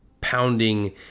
pounding